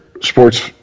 sports